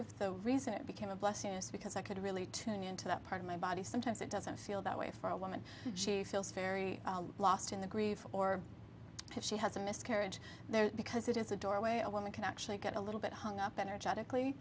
of the reason it became a blessing is because i could really tuning into that part of my body sometimes it doesn't feel that way for a woman she feels very lost in the grief or if she has a miscarriage there because it is a doorway a woman can actually get a little bit hung up energetically